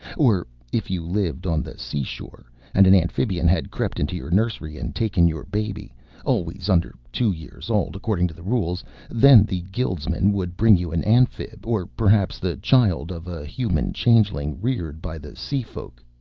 or, if you lived on the sea-shore, and an amphibian had crept into your nursery and taken your baby always under two years old, according to the rules then the guildsman would bring you an amphib or, perhaps, the child of a human changeling reared by the seafolk.